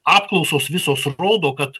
apklausos visos rodo kad